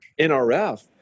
NRF